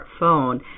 smartphone